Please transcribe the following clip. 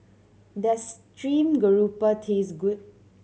does stream grouper taste good